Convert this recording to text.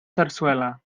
sarsuela